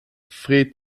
fred